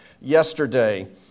yesterday